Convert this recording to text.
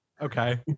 Okay